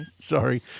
Sorry